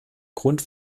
grund